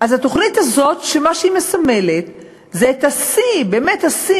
מה שמסמלת התוכנית הזאת זה את השיא, באמת השיא,